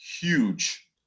huge